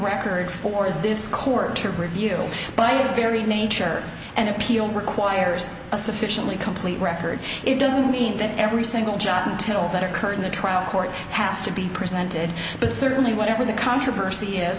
record for this court to review by its very nature and appeal requires a sufficiently complete record it doesn't mean that every single job until that occurred in the trial court has to be presented but certainly whatever the controversy is